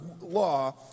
law